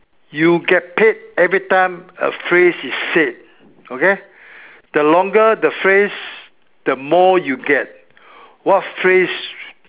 you get paid every time a phrase is said okay the longer the phrase the more you get what phrase